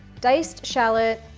diced shallot,